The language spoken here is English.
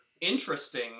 interesting